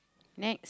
next